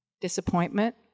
disappointment